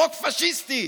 חוק פשיסטי,